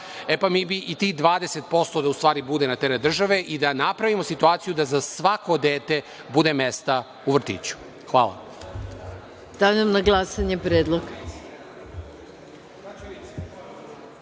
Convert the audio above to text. pa mi bi i tih 20% da u stvari bude na teret države i da napravimo situaciju da za svako dete bude mesta u vrtiću. Hvala. **Maja Gojković**